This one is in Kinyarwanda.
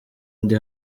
ndi